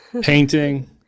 painting